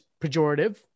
pejorative